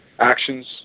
actions